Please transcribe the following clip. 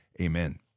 amen